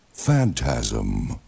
Phantasm